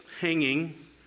hanging